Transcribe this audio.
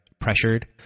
pressured